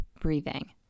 breathing